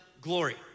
glory